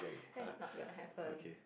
that's not gonna happen